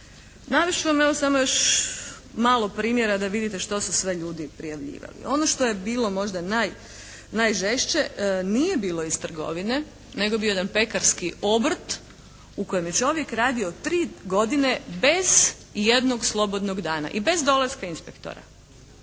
evo još samo malo primjera da vidite što su sve ljudi prijavljivali. Ono što je bilo možda najžešće nije bilo iz trgovine nego je bio jedan pekarski obrt u kojem je čovjek radio tri godine bez ijednog slobodnog dana i bez dolaska inspektora.